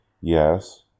Yes